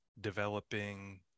developing